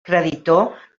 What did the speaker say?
creditor